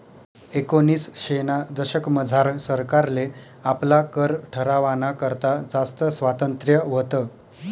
एकोनिसशेना दशकमझार सरकारले आपला कर ठरावाना करता जास्त स्वातंत्र्य व्हतं